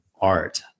art